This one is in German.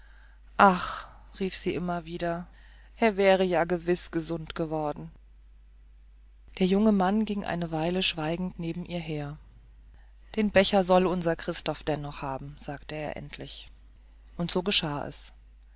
ach rief sie immer wieder er wäre ja gewiß gesund geworden der junge mann ging eine weile schweigend neben ihr her den becher soll unser christoph dennoch haben sagte er endlich und so geschah es